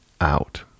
out